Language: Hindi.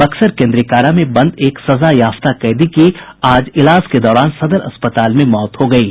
बक्सर केन्द्रीय कारा में बंद एक सजायाफ्ता कैदी की आज इलाज के दौरान सदर अस्पताल में मौत हो गयी